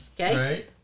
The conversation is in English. okay